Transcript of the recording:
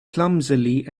clumsily